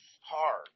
hard